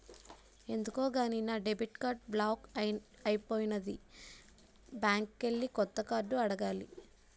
ఎందుకో గాని నా డెబిట్ కార్డు బ్లాక్ అయిపోనాది బ్యాంకికెల్లి కొత్త కార్డు అడగాల